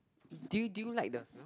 do you do you like the smell